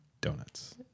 Donuts